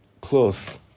close